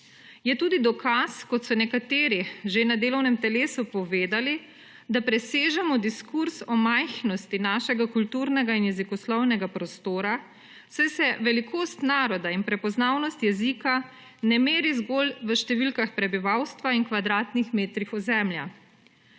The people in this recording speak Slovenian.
Je tudi dokaz kot so nekateri že na delovnem telesu povedali, da presežemo diskurz o majhnosti našega kulturnega in jezikoslovnega prostora, saj se velikost naroda in prepoznavnost jezika ne meri zgolj v številkah prebivalstva in kvadratnih metrih ozemlja.